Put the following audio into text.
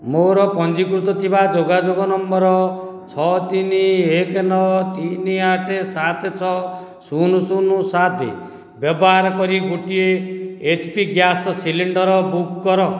ମୋର ପଞ୍ଜୀକୃତ ଥିବା ଯୋଗାଯୋଗ ନମ୍ବର ଛଅ ତିନି ଏକ ନଅ ତିନି ଆଠ ସାତ ଛଅ ଶୂନ ଶୂନ ସାତ ବ୍ୟବାହାର କରି ଗୋଟିଏ ଏଚ୍ପି ଗ୍ୟାସ ସିଲଣ୍ଡର ବୁକ୍ କର